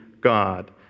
God